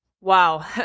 Wow